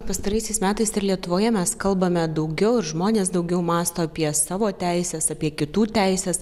pastaraisiais metais ir lietuvoje mes kalbame daugiau žmonės daugiau mąsto apie savo teises apie kitų teises